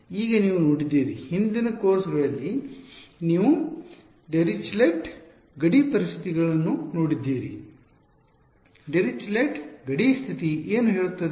ಈಗ ನೀವು ನೋಡಿದ್ದೀರಿ ಹಿಂದಿನ ಕೋರ್ಸ್ಗಳಲ್ಲಿ ನೀವು ಡಿರಿಚ್ಲೆಟ್ ಗಡಿ ಪರಿಸ್ಥಿತಿಗಳನ್ನು ನೋಡಿದ್ದೀರಿ ಡಿರಿಚ್ಲೆಟ್ ಗಡಿ ಸ್ಥಿತಿ ಏನು ಹೇಳುತ್ತದೆ